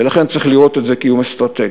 ולכן צריך לראות את זה כאיום אסטרטגי.